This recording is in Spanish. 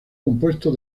compuesto